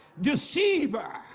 deceiver